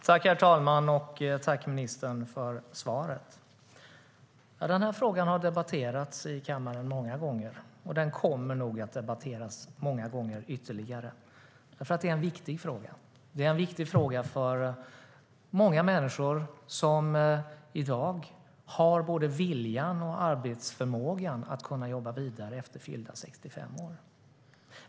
Herr talman! Tack, ministern, för svaret! Den här frågan har debatterats i kammaren många gånger, och den kommer nog att debatteras många gånger ytterligare. Det är nämligen en viktig fråga. Det är en viktig fråga för många människor som i dag har både viljan och förmågan att jobba vidare efter fyllda 65 år.